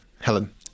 Helen